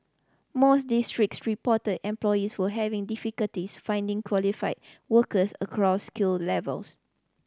most districts reported employees were having difficulties finding qualified workers across skill levels